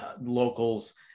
locals